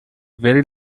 very